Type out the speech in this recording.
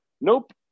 Nope